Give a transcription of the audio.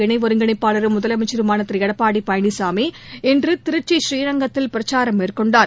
இணைஒருங்கிணைப்பாளரும் முதலமைச்சருமானதிருடப்பாடிபழனிசாமி இன்றுதிருச்சி அஇஅதிமுக புநீரங்கத்தில் பிரச்சாரம் மேற்கொண்டார்